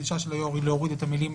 הדרישה של היו"ר היא להוריד את המילים